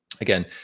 Again